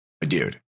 Dude